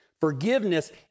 Forgiveness